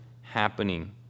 happening